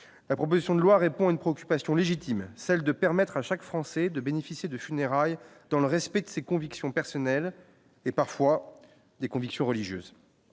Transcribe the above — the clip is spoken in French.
la proposition de loi répond à une préoccupation légitime : celle de permettre à chaque Français de bénéficier de funérailles dans le respect de ses convictions personnelles et parfois des convictions religieuses